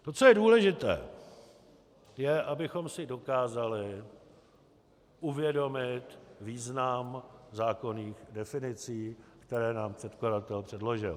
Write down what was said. To, co je důležité, je, abychom si dokázali uvědomit význam zákonných definicí, které nám předkladatel předložil.